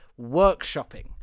workshopping